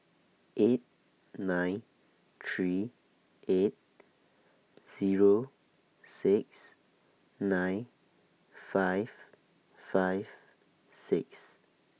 eight nine three eight Zero six nine five five six